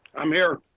i'm here.